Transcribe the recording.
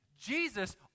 Jesus